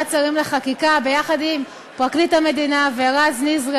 השרים לחקיקה יחד עם פרקליט המדינה ורז נזרי,